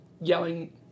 yelling